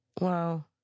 Wow